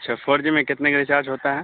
اَچّھا four G میں کتنے کا ریچارج ہوتا ہے